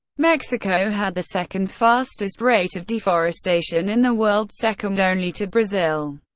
mexico had the second fastest rate of deforestation in the world, second only to brazil.